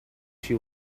she